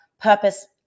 purpose